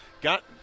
got